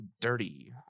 dirty